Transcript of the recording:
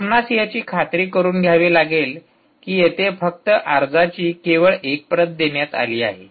आपणास याची खात्री करुन घ्यावी लागेल की येथे फक्त अर्जाची केवळ एक प्रत देण्यात आली आहे